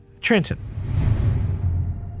Trenton